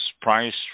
Price